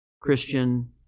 Christian